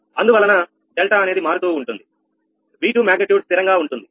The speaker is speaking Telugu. అందువలన డెల్టా అనేది మారుతూ ఉంటుంది V2 మాగ్నిట్యూడ్ స్థిరంగా ఉంటుంది